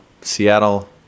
Seattle